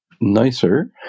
nicer